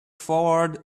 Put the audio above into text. forward